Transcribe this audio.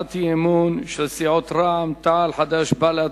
הצעת אי-אמון של סיעות רע"ם-תע"ל חד"ש בל"ד: